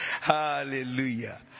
Hallelujah